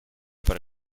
para